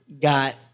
Got